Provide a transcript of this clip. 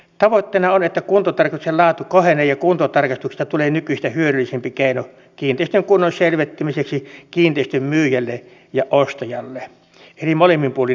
tavoitteena on että kuntotarkastusten laatu kohenee ja kuntotarkastuksesta tulee nykyistä hyödyllisempi keino kiinteistön kunnon selvittämiseksi kiinteistön myyjälle ja ostajalle eli molemminpuolinen hyöty